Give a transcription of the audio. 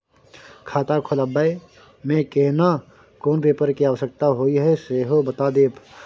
खाता खोलैबय में केना कोन पेपर के आवश्यकता होए हैं सेहो बता देब?